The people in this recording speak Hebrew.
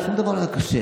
שום דבר לא היה קשה.